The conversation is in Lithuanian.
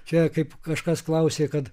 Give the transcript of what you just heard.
čia kaip kažkas klausė kad